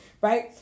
Right